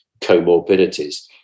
comorbidities